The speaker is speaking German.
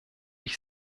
ich